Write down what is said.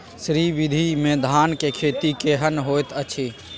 श्री विधी में धान के खेती केहन होयत अछि?